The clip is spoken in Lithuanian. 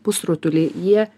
pusrutuliai jie